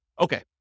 Okay